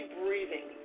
breathing